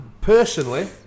Personally